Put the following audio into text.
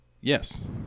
Yes